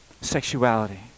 sexuality